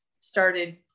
started